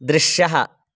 दृश्यः